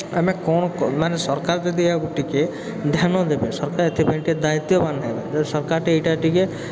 ଆମେ କ'ଣ କ ମାନେ ସରକାର ଯଦି ଏହାକୁ ଟିକିଏ ଧ୍ୟାନ ଦେବେ ସରକାର ଏଥିପାଇଁ ଟିକିଏ ଦାୟୀତ୍ଵବାନ ହେବେ ଓ ସରକାର ଟିକିଏ ଏଇଟା ଟିକିଏ